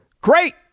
great